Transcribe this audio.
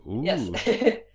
yes